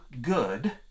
good